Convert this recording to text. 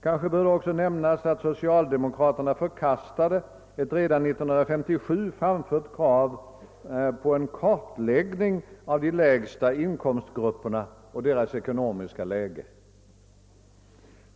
Kanske bör också nämnas att socialdemokraterna förkastade ett redan år 1957 framfört krav på en kartläggning av de lägsta inkomstgrupperna och deras ekonomiska läge.